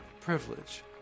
privilege